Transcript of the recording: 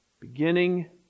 Beginning